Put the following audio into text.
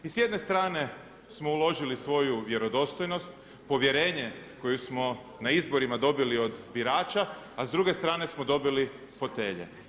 I s jedne strane smo uložili svoju vjerodostojnost, povjerenje koju smo na izborima dobili od birača, a s druge strane smo dobili fotelje.